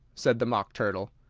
said the mock turtle.